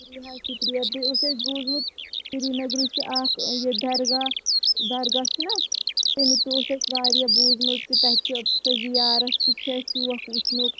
شُکریہ حظ شُکریہ بیٚیہِ اوس اَسِہ بوٗزمُت سریٖنگرٕ چھِ اَکھ یِِہ درگاہ درگاہ چُھنَہ تمیُک تہِ اوس اَسہِ واریاہ بوٗزمُت کہِ تَتہِ چھِ زیارت سُتہِ چھُ اَسہِ شوق وُچھنُک